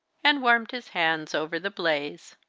and warmed his hands over the blaze.